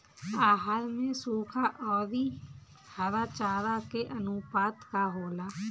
आहार में सुखा औरी हरा चारा के आनुपात का होला?